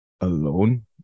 Alone